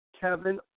Kevin